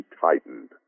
tightened